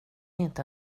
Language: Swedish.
inte